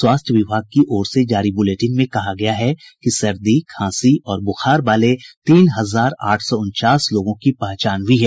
स्वास्थ्य विभाग की ओर से जारी बुलेटिन में कहा गया है कि सर्दी खांसी और बुखार वाले तीन हजार आठ सौ उनचास लोगों की पहचान हुई है